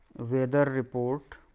weather report